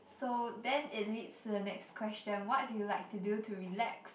so then it leads to the next question what do you like to do to relax